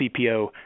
CPO